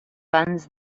funds